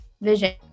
vision